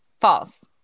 False